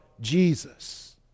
Jesus